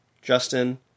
Justin